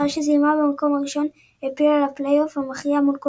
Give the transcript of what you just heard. ולאחר שסיימה במקום הראשון העפילה לפלייאוף מכריע מול קולומביה,